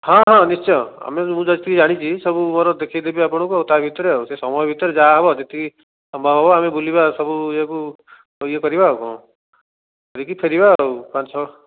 ହଁ ହଁ ନିଶ୍ଚୟ ଆମେ ମୁଁ ଯେତିକି ଜାଣିଛି ସବୁ ମୁଁ ମୋର ଦେଖେଇଦେବି ଆପଣଙ୍କୁ ଆଉ ତା ଭିତରେ ଆଉ ସେ ସମୟ ଭିତରେ ଯାହା ହେବ ଯେତିକି ସମ୍ଭବ ହେବ ଆମେ ବୁଲିବା ସବୁ ଇଏକୁ ଇଏ କରିବା ଆଉ କ'ଣ କରିକି ଫେରିବା ଆଉ ପାଞ୍ଚ ଛଅ